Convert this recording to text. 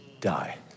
die